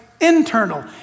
internal